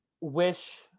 wish